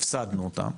הפסדנו אותם,